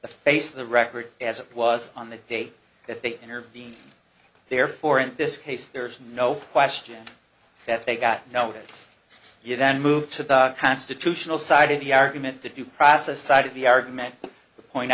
the face of the record as it was on the day that they intervened therefore in this case there is no question that they got notice you then move to the constitutional side of the argument the due process side of the argument the point